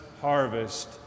harvest